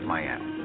Miami